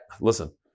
Listen